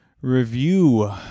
review